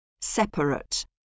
Separate